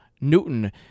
Newton